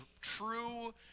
true –